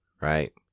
right